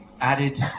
added